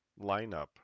lineup